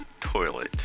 toilet